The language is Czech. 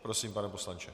Prosím, pane poslanče.